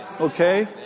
Okay